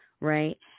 right